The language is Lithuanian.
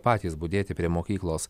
patys budėti prie mokyklos